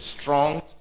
strong